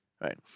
right